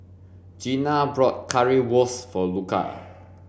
Jeana bought Currywurst for Luca